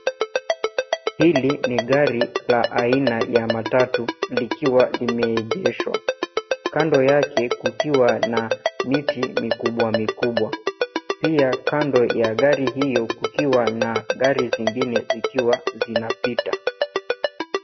Hili ni gari la aina ya matatu likiwa limeegeshwa. Kando yake kukiwa na miti mikubwa mikubwa. Pia kando ya gari hiyo kukiwa na gari zingine zikiwa zinapita.